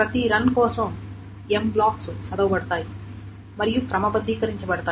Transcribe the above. ప్రతి రన్ కోసం M blocks చదవబడతాయి మరియు క్రమబద్ధీకరించ బడతాయి